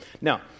Now